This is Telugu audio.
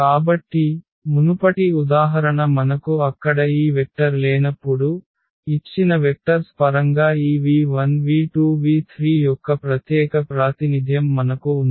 కాబట్టి మునుపటి ఉదాహరణ మనకు అక్కడ ఈ వెక్టర్ లేనప్పుడు ఇచ్చిన వెక్టర్స్ పరంగా ఈ v1 v2 v3 యొక్క ప్రత్యేక ప్రాతినిధ్యం మనకు ఉంది